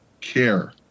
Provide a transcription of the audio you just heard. care